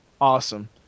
awesome